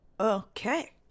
Okay